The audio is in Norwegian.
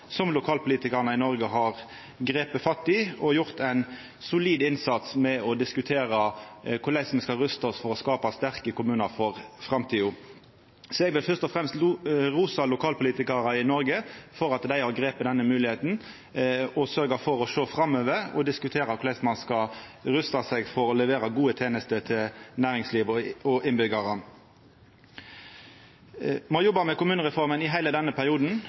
som lokalpolitikarane i Noreg har gripe fatt i og gjort ein solid innsats for ved å diskutera korleis me skal rusta oss for å skapa sterke kommunar for framtida. Så eg vil først og fremst rosa lokalpolitikarar i Noreg for at dei har gripe denne moglegheita og sørgt for å sjå framover og diskutera korleis ein skal rusta seg for å levera gode tenester til næringslivet og innbyggjarane. Me har jobba med kommunereforma i heile denne perioden,